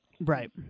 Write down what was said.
Right